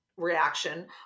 reaction